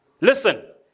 Listen